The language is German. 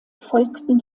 folgten